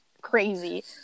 crazy